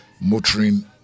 motoring